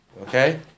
Okay